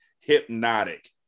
Hypnotic